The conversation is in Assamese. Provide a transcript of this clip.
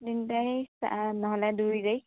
তিনি তাৰিখ আ নহ'লে দুই তাৰিখ